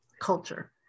culture